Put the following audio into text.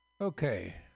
Okay